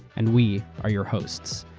and we are your hosts.